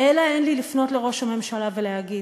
אין לי אלא לפנות לראש הממשלה ולהגיד,